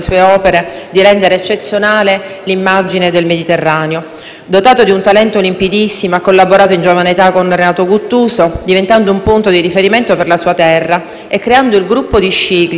Dotato di un talento limpidissimo, ha collaborato in giovane età con Renato Guttuso, diventando un punto di riferimento per la sua terra e creando il «Gruppo di Scicli», dov'è nato e dove ha radunato numerosi pittori di cifra realista.